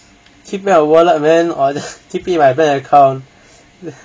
keep it on wallet man or keep it on bank account